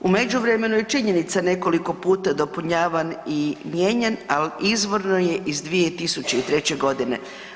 U međuvremenu je činjenica nekoliko puta dopunjavan i mijenjan, ali izvorno je iz 2003. godine.